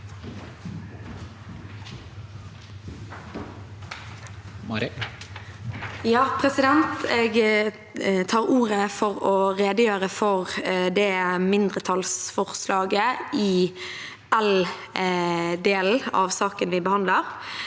Jeg tar ordet for å re- degjøre for mindretallsforslaget i L-delen av det vi behandler.